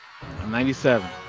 97